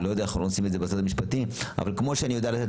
אני לא יודע איך עושים את זה בצד המשפטי.